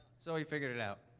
so he figured it out.